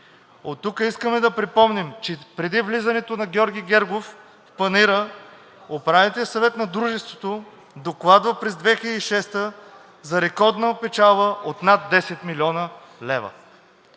Оттук искаме да припомним, че преди влизането на Георги Гергов в Панаира Управителният съвет на Дружеството докладва през 2006 г. за рекордна печалба от над 10 млн. лв.